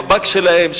אם הבת שלהן,